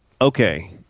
okay